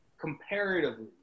comparatively